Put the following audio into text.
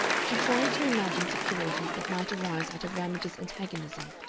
she tried to imagine situations that might arise out of ramage's antagonism,